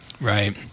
Right